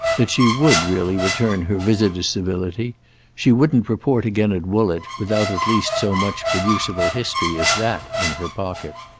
that she would really return her visitor's civility she wouldn't report again at woollett without at least so much producible history as that in her pocket.